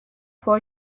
for